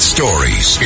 Stories